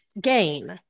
game